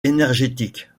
énergétique